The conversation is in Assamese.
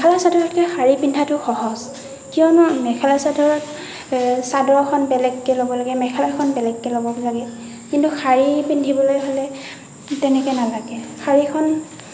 মেখেলা চাদৰতকৈ শাড়ী পিন্ধাটো সহজ কিয়নো মেখেলা চাদৰ চাদৰখন বেলেগকৈ ল'ব লাগে মেখেলাখন বেলেগকৈ ল'ব লাগে কিন্তু শাড়ী পিন্ধিবলৈ হ'লে তেনেকৈ নালাগে শাড়ীখন